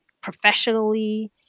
professionally